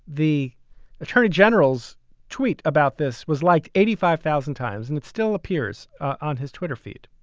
the attorney general's tweet about this was like eighty five thousand times and it still appears on his twitter feed.